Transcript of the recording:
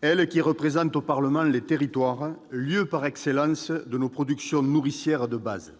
elle qui représente au Parlement les territoires, sources par excellence de nos productions nourricières de base